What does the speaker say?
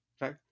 Right